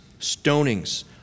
stonings